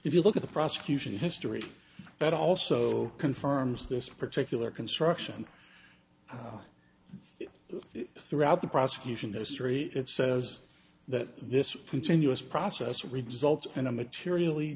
if you look at the prosecution history that also confirms this particular construction throughout the prosecution those three it says that this continuous process ridges ult in a materially